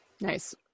Nice